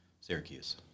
Syracuse